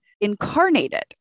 incarnated